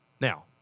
Now